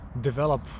develop